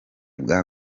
bwa